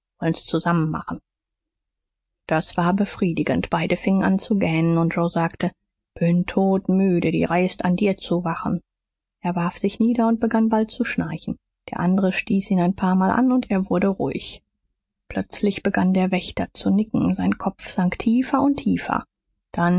zusammen machen das war befriedigend beide fingen an zu gähnen und joe sagte bin todmüde die reihe ist an dir zu wachen er warf sich nieder und begann bald zu schnarchen der andere stieß ihn ein paarmal an und er wurde ruhig plötzlich begann der wächter zu nicken sein kopf sank tiefer und tiefer dann